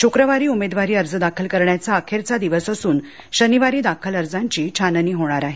शुक्रवारी उमेदवारी अर्ज दाखल करण्याचा अखेरचा दिवस असून शनिवारी दाखल अर्जांची छाननी होणार आहे